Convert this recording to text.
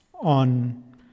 on